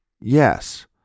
Yes